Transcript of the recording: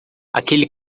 aquele